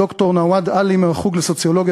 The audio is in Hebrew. ד"ר נוהאד עלי מהחוג לסוציולוגיה